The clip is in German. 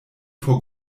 vor